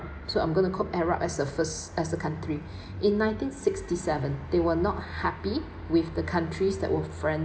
so I'm gonna quote arab as a first as a country in nineteen sixty seven they were not happy with the countries that were friend